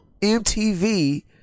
MTV